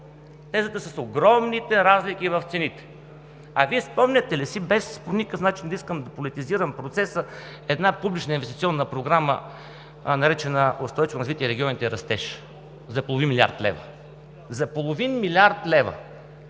Тезата с огромните разлики в цените. А Вие спомняте ли си, без по никакъв начин да искам да политизирам процеса, една публична инвестиционна програма, наречена „Устойчиво развитие на регионите“ – „Растеж“, за половин милиард лева? За половин милиард лева!